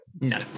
No